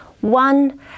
one